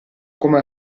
come